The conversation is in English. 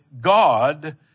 God